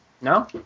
No